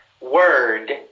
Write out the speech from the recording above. word